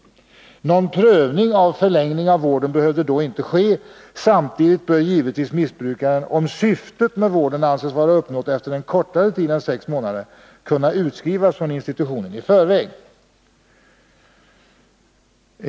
Någon prövning av frågan om förlängning av vården behövde då inte ske. Samtidigt bör givetvis missbrukaren, om syftet med vården anses vara uppnått efter en kortare tid än sex månader, kunna utskrivas från institutionen i förväg.